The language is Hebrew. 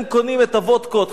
הם קונים את הוודקות,